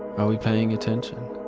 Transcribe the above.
are we paying attention?